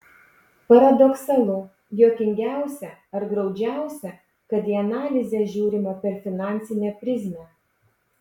paradoksalu juokingiausia ar graudžiausia kad į analizę žiūrima per finansinę prizmę